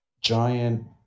giant